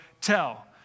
tell